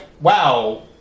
wow